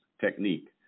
technique